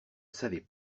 savez